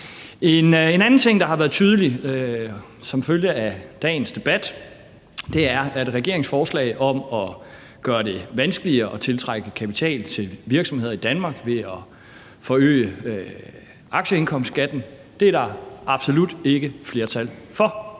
En anden ting, der har været tydelig under dagens debat, er, at regeringens forslag om at gøre det vanskeligere at tiltrække kapital til virksomheder i Danmark ved at forøge aktieindkomstskatten er der absolut ikke flertal for.